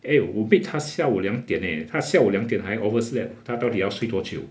eh 我 meet 他下午两点他下午两点还 overslept 他到底要睡多久